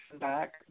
back